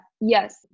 yes